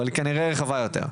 אבל היא כנראה רחבה יותר.